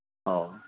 ꯑꯧ